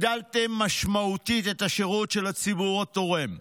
הגדלתם משמעותית את השירות של הציבור התורם,